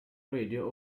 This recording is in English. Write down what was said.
radio